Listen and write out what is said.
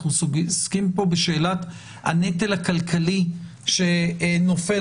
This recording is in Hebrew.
אנחנו עוסקים פה בשאלת הנטל הכלכלי שנופל